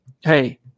Hey